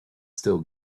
still